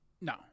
No